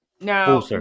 Now